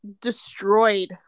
destroyed